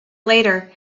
later